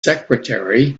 secretary